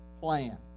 plan